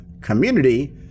Community